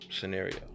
scenario